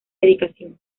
dedicación